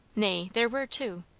nay, there were two.